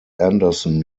anderson